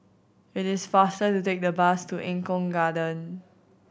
it is faster to take the bus to Eng Kong Garden